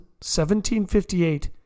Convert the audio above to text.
1758